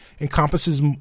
encompasses